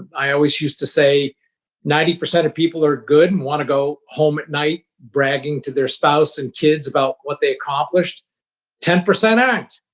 i always used to say ninety percent of people are good and want to go home at night bragging to their spouse and kids about what they accomplished ten percent aren't.